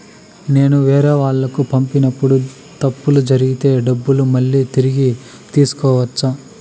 నేను వేరేవాళ్లకు పంపినప్పుడు తప్పులు జరిగితే డబ్బులు మళ్ళీ తిరిగి తీసుకోవచ్చా?